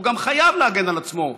והוא גם חייב להגן על עצמו,